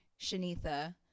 Shanitha